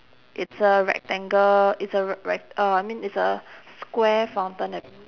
it's a rectangle it's a r~ rec~ uh I mean it's a square fountain a~